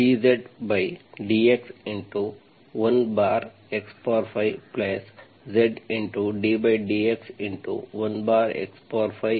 ಆದ್ದರಿಂದ dZdx1x5Zddx1x5 5x3